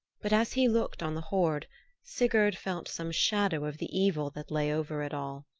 but as he looked on the hoard sigurd felt some shadow of the evil that lay over it all.